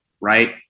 right